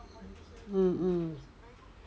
mm mm